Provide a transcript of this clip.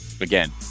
again